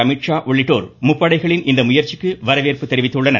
அமித்ஷா உள்ளிட்டோர் முப்படைகளின் இந்த முயந்சியை வரவேற்பு தெரிவித்துள்ளனர்